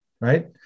right